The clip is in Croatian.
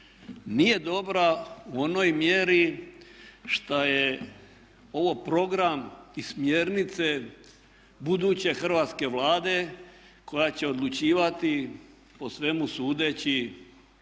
Nije dobra u onoj mjeri šta je ovo program i smjernice buduće hrvatske Vlade koja će odlučivati po svemu sudeći